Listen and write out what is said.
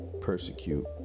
persecute